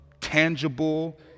tangible